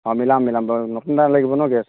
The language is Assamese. অঁ মিলাম মিলাম নতুন এটা লাগিব ন গেছ